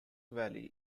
valley